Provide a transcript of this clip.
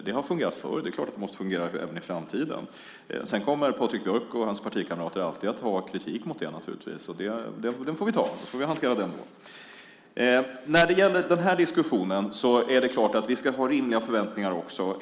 Det har fungerat förr. Det är klart att det måste fungera även i framtiden. Sedan kommer Patrik Björck och hans partikamrater alltid att ha kritik mot det naturligtvis. Den får vi ta. Vi får hantera den då. När det gäller den här diskussionen ska vi ha rimliga förväntningar.